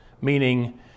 meaning